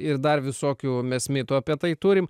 ir dar visokių mes mitų apie tai turim